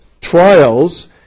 trials